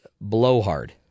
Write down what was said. blowhard